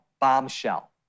bombshell